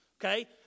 okay